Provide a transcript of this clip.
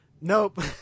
Nope